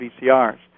VCRs